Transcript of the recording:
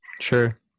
Sure